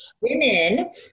women